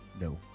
No